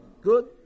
good